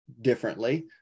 differently